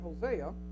Hosea